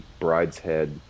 Brideshead